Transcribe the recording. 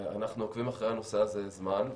אנחנו עוקבים אחרי הנושא הזה זה זמן,